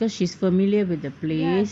cause she's familiar with the place